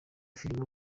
filime